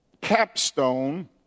capstone